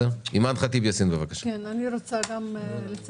אבדוק ואעדכן.